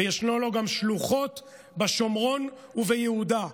ויש לו גם שלוחות בשומרון וביהודה,